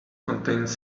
contains